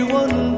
one